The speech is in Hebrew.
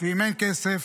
ואם אין כסף,